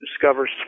discovers